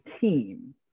team